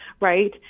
Right